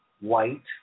white